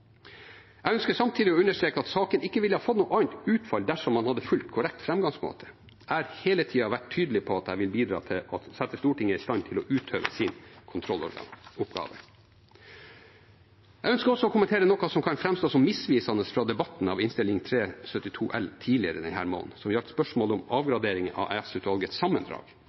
Jeg ønsker samtidig å understreke at saken ikke ville ha fått noe annet utfall dersom man hadde fulgt korrekt framgangsmåte. Jeg har hele tida vært tydelig på at jeg vil bidra til å sette Stortinget i stand til å utøve sin kontrolloppgave. Jeg ønsker også å kommentere noe som kan framstå som misvisende, fra debatten om Innst. 372 L for 2020–2021 tidligere denne måneden, som gjaldt spørsmål om avgradering av EOS-utvalgets sammendrag.